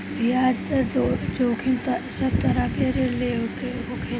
बियाज दर जोखिम सब तरह के ऋण में होखेला